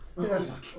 Yes